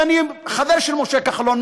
ואני חבר של משה כחלון,